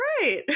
right